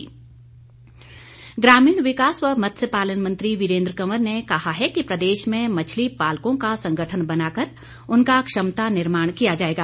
वीरेन्द्र कंवर ग्रामीण विकास व मत्स्य पालन मंत्री वीरेन्द्र कंवर ने कहा है कि प्रदेश में मछली पालकों का संगठन बनाकर उनका क्षमता निर्माण किया जाएगा